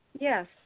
Yes